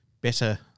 better